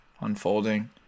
unfolding